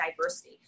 diversity